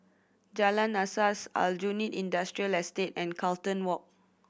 Jalan Asas Aljunied Industrial Estate and Carlton Walk